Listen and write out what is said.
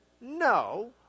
no